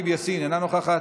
אינה נוכחת,